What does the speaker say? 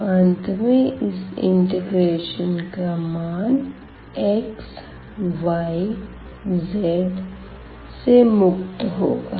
तो अंत में इस इंटीग्रेशन का मान x yz से से मुक्त होगा